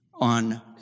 on